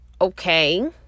Okay